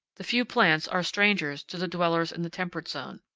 the few plants are strangers to the dwellers in the temperate zone.